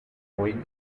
moving